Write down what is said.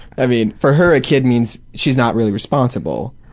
i mean, for her a kid means she is not really responsible.